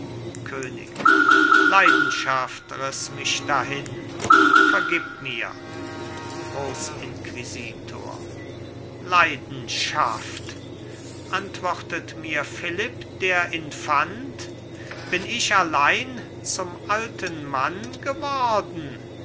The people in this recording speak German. könig leidenschaft riß mich dahin vergib mir grossinquisitor leidenschaft antwortet mir philipp der infant bin ich allein zum alten mann geworden